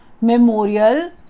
Memorial